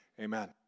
Amen